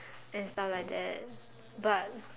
and stuff like that but